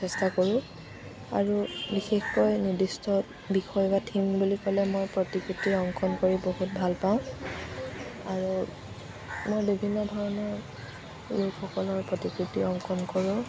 চেষ্টা কৰোঁ আৰু বিশেষকৈ নিৰ্দিষ্ট বিষয় বা থীম বুলি ক'লে মই প্ৰতিকৃতি অংকন কৰি বহুত ভাল পাওঁ আৰু মই বিভিন্ন ধৰণৰ লোকসকলৰ প্ৰতিকৃতি অংকন কৰোঁ